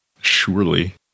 surely